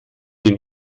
den